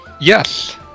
Yes